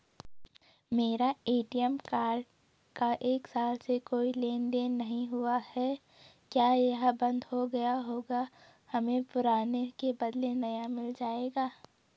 मेरा ATM card का एक साल से कोई लेन देन नहीं हुआ है क्या यह बन्द हो गया होगा हमें पुराने के बदलें नया मिल जाएगा?